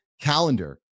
calendar